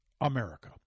America